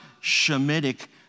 Shemitic